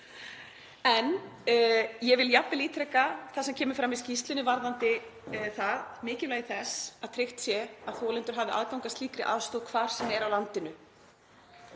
En ég vil jafnvel ítreka það sem kemur fram í skýrslunni varðandi mikilvægi þess að tryggt sé að þolendur hafi aðgang að slíkri aðstoð hvar sem er á landinu.